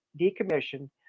decommission